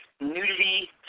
nudity